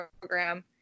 program